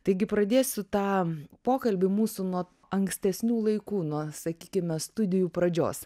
taigi pradėsiu tą pokalbį mūsų nuo ankstesnių laikų nuo sakykime studijų pradžios